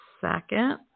second